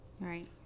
Right